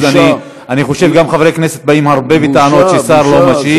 אני חושב שגם חברי כנסת באים הרבה בטענות כשר לא בא להשיב,